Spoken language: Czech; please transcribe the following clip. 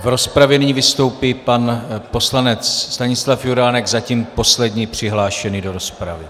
V rozpravě nyní vystoupí pan poslanec Stanislav Juránek, zatím poslední přihlášený do rozpravy.